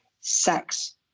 sex